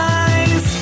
eyes